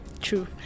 true